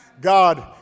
God